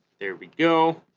there we go